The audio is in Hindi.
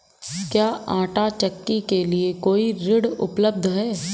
क्या आंटा चक्की के लिए कोई ऋण उपलब्ध है?